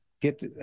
get